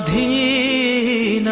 e